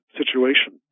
situation